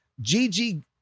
Gigi